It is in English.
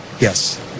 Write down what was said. Yes